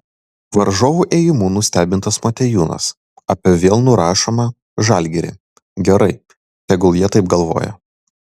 varžovų ėjimų nustebintas motiejūnas apie vėl nurašomą žalgirį gerai tegul jie taip galvoja